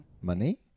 Money